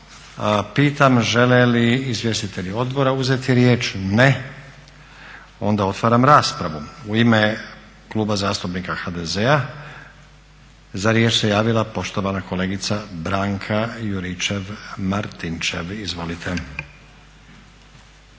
pitam želi li izvjestitelji odbora uzeti riječ? Ne. Onda otvaram raspravu. U ime Kluba zastupnika HDZ-a za riječ se javila poštovana kolegica Branka Juričev-Martinčev, izvolite.